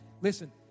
Listen